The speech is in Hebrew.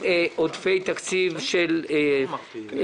שהם עודפי תקציב של הכנסת,